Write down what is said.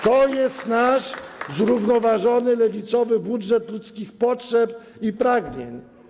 To jest nasz zrównoważony, lewicowy budżet ludzkich potrzeb i pragnień.